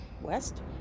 west